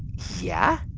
yeah?